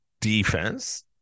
defense